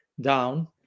down